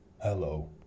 Hello